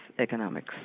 economics